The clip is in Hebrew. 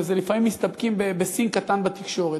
ולפעמים מסתפקים ב-seen קטן בתקשורת.